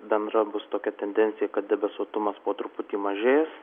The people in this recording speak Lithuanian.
bendra bus tokia tendencija kad debesuotumas po truputį mažės